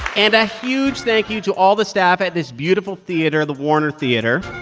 and a huge thank you to all the staff at this beautiful theater the warner theatre